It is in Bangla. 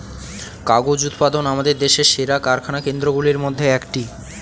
কাগজ উৎপাদন আমাদের দেশের সেরা কারখানা কেন্দ্রগুলির মধ্যে একটি